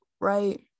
right